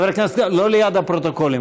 לא ליד הפרוטוקולים.